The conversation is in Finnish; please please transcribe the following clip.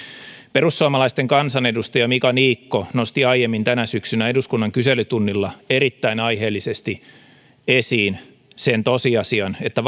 perussuomalaisten kansanedustaja mika niikko nosti aiemmin tänä syksynä eduskunnan kyselytunnilla erittäin aiheellisesti esiin sen tosiasian että